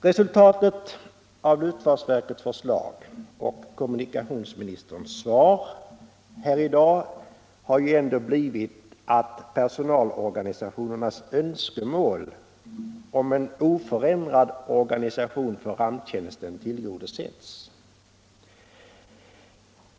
Resultatet av luftfartsverkets förslag och kommunikationsministerns svar här i dag har ändå blivit att personalorganisationernas önskemål om en oförändrad organisation för ramptjänsten tillgodosetts.